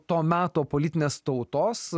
to meto politinės tautos